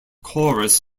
chorus